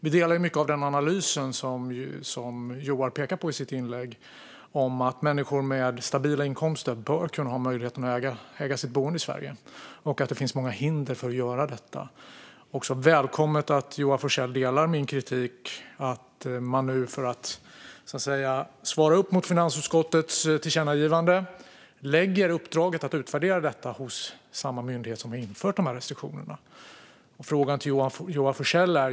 Vi delar mycket av den analys som Joar Forssell pekar på i sitt inlägg om att människor med stabila inkomster bör kunna ha möjlighet att äga sitt boende i Sverige och att det finns många hinder för att göra detta. Det är också välkommet att Joar Forssell delar min kritik gällande att regeringen nu för att, så att säga, svara upp mot finansutskottets tillkännagivande lägger uppdraget att utvärdera detta hos samma myndighet som har infört de här restriktionerna. Jag har en fråga till Joar Forssell.